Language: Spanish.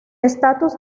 estatus